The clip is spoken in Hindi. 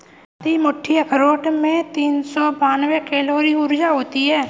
आधी मुट्ठी अखरोट में तीन सौ बानवे कैलोरी ऊर्जा होती हैं